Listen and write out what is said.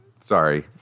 Sorry